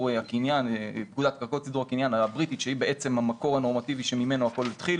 הקניין הבריטית שהיא בעצם המקור הנורמטיבי ממנו הכול התחיל